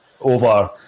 over